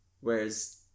whereas